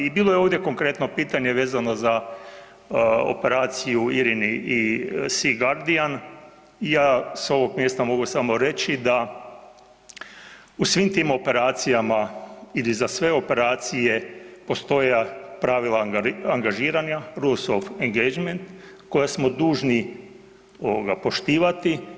I bilo je ovdje konkretno pitanje vezano za operaciju IRINI i Sea Guardian, ja s ovog mjesta mogu samo reći da u svim tim operacijama ili za sve operacije postoje pravila angažiranja, Rules of engagement, koja smo dužni poštivati.